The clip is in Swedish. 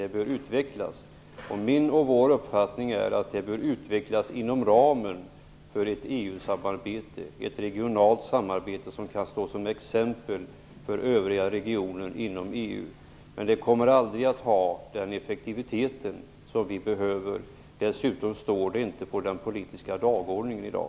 Det bör i stället utvecklas. Min och vår uppfattning är att det bör utvecklas inom ramen för ett EU samarbete. Det skulle bli ett regionalt samarbete som kan vara ett exempel för övriga regioner inom EU. Men det kommer aldrig att ha den effektivitet som vi behöver. Dessutom står det inte på den politiska dagordningen i dag.